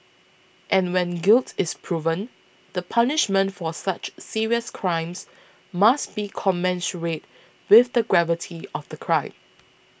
and when guilt is proven the punishment for such serious crimes must be commensurate with the gravity of the crime